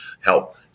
help